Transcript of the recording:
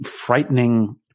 frightening